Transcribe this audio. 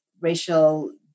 racial